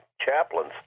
chaplains